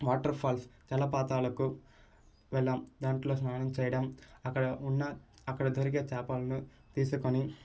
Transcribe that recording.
waterfalls జలపాతాలకు వెళ్లాం దాంట్లో స్నానం చేయడం అక్కడ ఉన్న అక్కడ దొరికే చేపలను తీసుకొని